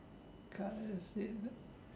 can I say that